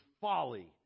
folly